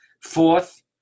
Fourth